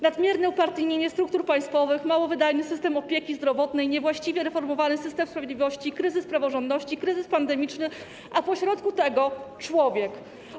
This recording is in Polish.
Nadmierne upartyjnienie struktur państwowych, mało wydajny system opieki zdrowotnej, niewłaściwie reformowany system sprawiedliwości, kryzys praworządności, kryzys pandemiczny, a pośrodku tego człowiek.